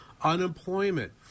unemployment